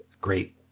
great